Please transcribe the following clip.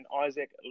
Isaac